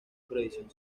previsión